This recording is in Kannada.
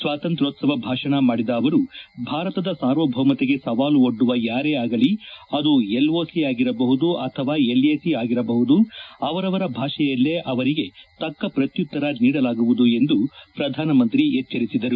ಸ್ವಾತಂತ್ರ್ಯೋತ್ಸವ ಭಾಷಣ ಮಾಡಿದ ಅವರು ಭಾರತದ ಸಾರ್ವಭೌಮತೆಗೆ ಸವಾಲು ಒಡ್ಡುವ ಯಾರೇ ಆಗಲಿ ಅದು ಎಲ್ಓಸಿ ಆಗಿರಬಹುದು ಅಥವಾ ಎಲ್ಎಸಿ ಆಗಿರಬಹುದು ಅವರವರ ಭಾಷೆಯಲ್ಲೇ ಅವರಿಗೆ ತಕ್ಷ ಪ್ರತ್ಯುತ್ತರ ನೀಡಲಾಗುವುದು ಎಂದು ಪ್ರಧಾನಮಂತ್ರಿ ಎಚ್ಚರಿಸಿದರು